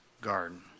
garden